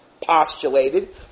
postulated